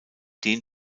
den